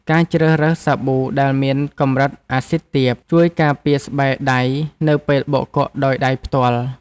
ការជ្រើសរើសសាប៊ូដែលមានកម្រិតអាស៊ីតទាបជួយការពារស្បែកដៃនៅពេលបោកគក់ដោយដៃផ្ទាល់។